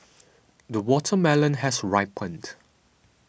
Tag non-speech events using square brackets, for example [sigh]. [noise] the watermelon has ripened